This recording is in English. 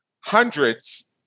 hundreds